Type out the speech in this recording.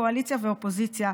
קואליציה ואופוזיציה: